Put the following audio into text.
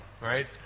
right